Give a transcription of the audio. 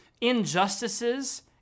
injustices